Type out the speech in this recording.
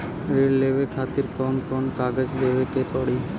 ऋण लेवे के खातिर कौन कोन कागज देवे के पढ़ही?